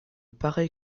pareils